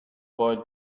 boy